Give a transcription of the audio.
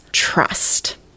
Trust